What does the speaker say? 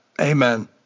Amen